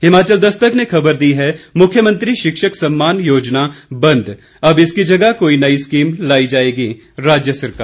हिमाचल दस्तक ने खबर दी है मुख्यमंत्री शिक्षक सम्मान योजना बंद अब इसकी जगह कोई नई स्कीम लाएगी राज्य सरकार